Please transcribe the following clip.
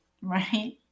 right